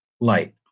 light